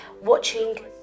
watching